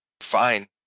fine